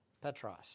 Petros